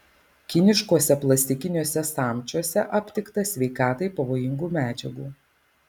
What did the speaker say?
kiniškuose plastikiniuose samčiuose aptikta sveikatai pavojingų medžiagų